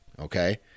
okay